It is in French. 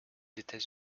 états